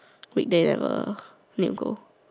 weekday never need to go